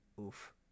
Oof